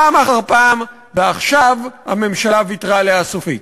פעם אחר פעם, ועכשיו הממשלה ויתרה עליה סופית.